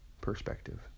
perspective